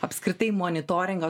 apskritai monitoringą